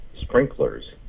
sprinklers